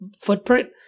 footprint